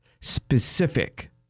Specific